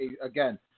again